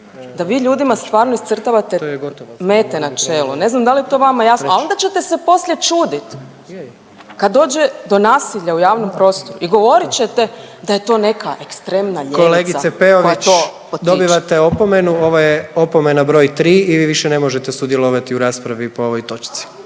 Da vi ljudima stvarno iscrtavate mete na čelo? Ne znam da li je to vama jasno, a onda ćete se poslije čudit kad dođe do nasilja u javnom prostoru i govorit ćete da je to neka ekstremna ljevica .../Upadica: Kolegice Peović./... koja to potiče. **Jandroković, Gordan (HDZ)** Kolegice Peović, dobivate opomenu, ovo je opomena br. 3 i više ne možete sudjelovati u raspravi po ovoj točci.